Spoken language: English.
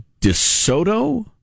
DeSoto